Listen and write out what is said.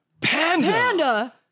Panda